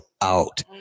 out